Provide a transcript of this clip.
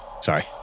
Sorry